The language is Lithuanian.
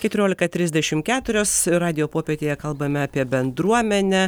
keturiolika trisdešim keturios radijo popietėje kalbame apie bendruomenę